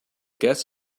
guests